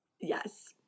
Yes